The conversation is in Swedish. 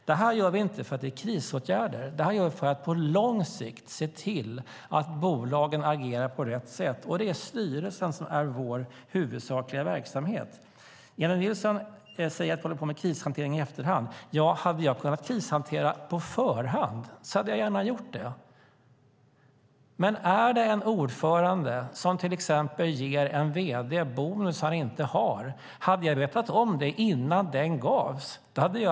Det här gör vi inte för att det är kris. Det här gör vi för att på lång sikt se till att bolagen agerar på rätt sätt. Det är styrelsen som är vårt huvudsakliga verktyg. Jennie Nilsson säger att vi håller på med krishantering i efterhand. Ja, hade jag kunnat krishantera på förhand hade jag gärna gjort det. Om jag hade vetat att en ordförande till exempel ger en vd bonus han inte ska ha hade jag agerat innan det görs.